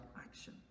action